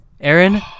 Aaron